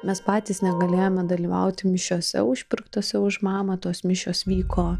mes patys negalėjome dalyvauti mišiose užpirktose už mamą tos mišios vyko